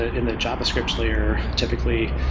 ah in the javascript layer, typically,